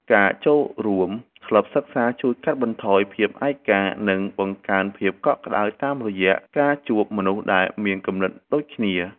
ការចូលរួមក្លឹបសៀវភៅជួយកាត់បន្ថយភាពឯកា និងបង្កើនភាពកក់ក្ដៅតាមរយៈការជួបមនុស្សដែលមានគំនិតដូចគ្នា។